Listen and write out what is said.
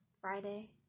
Friday